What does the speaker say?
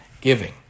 giving